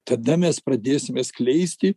tada mes pradėsime skleisti